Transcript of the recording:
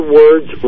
words